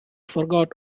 forgot